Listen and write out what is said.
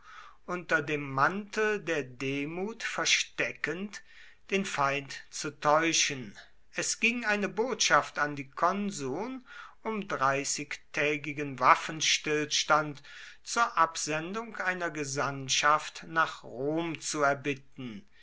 unter dem mantel der demut versteckend den feind zu täuschen es ging eine botschaft an die konsuln um dreißigtägigen waffenstillstand zur absendung einer gesandtschaft nach rom zu erbitten